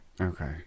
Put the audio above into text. Okay